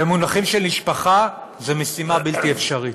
במונחים של משפחה, זה משימה בלתי אפשרית.